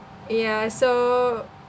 yeah so